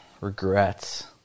Regrets